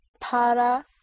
Para